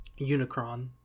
Unicron